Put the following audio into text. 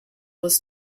was